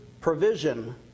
provision